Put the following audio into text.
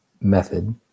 method